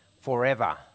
forever